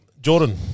Jordan